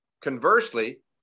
Conversely